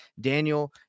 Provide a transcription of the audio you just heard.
Daniel